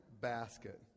basket